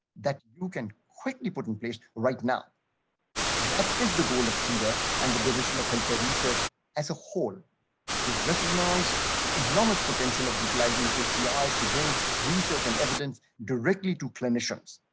that you can quickly put in place right now that is the goal of cedar and the division of healthcare research as a whole to recognize the enormous potential of utilizing api's to bring research and evidence directly to clinicians